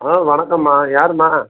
ஆ வணக்கம்மா யார்ம்மா